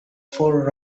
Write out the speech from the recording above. four